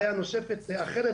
דעה נוספת ואחרת,